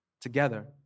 together